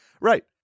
Right